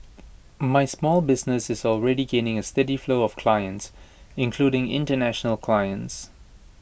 my small business is already gaining A steady flow of clients including International clients